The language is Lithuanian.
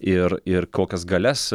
ir ir kokias galias